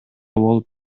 болуп